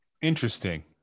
Interesting